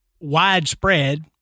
widespread